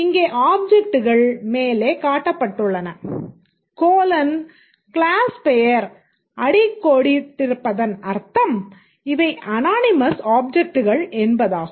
இங்கே ஆப்ஜெக்ட்கள் மேலே காட்டப்பட்டுள்ளன கோலன் க்ளாஸ் பெயர் அடிக்கோடிட்டிருப்பதன் அர்த்தம் இவை அனானிமஸ் ஆப்ஜெக்ட்கள் என்பதாகும்